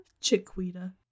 chiquita